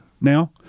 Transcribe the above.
now